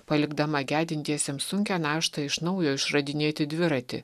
palikdama gedintiesiems sunkią naštą iš naujo išradinėti dviratį